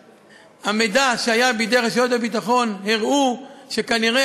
והמידע שהיה בידי רשויות הביטחון הראה שכנראה